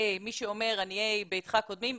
מי שאומר עניי ביתך קודמים,